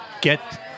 get